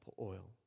oil